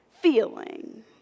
feeling